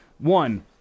One